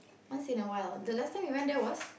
once in a while the last time we went there was